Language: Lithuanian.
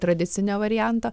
tradicinio varianto